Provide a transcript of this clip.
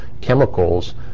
chemicals